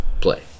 play